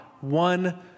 one